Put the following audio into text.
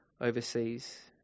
overseas